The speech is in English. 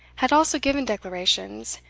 had also given declarations,